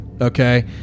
okay